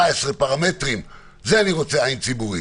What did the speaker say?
17 פרמטרים, זה אני רוצה עין ציבורית.